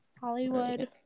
Hollywood